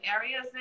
areas